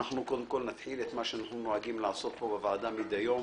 אנחנו קודם כול נתחיל במה שאנחנו נוהגים לעשות פה בוועדה מדי יום.